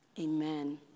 amen